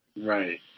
Right